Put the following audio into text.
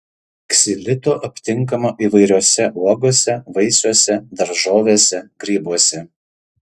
ksilito aptinkama įvairiose uogose vaisiuose daržovėse grybuose